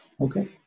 okay